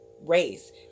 race